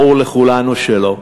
ברור לכולנו שלא.